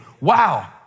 wow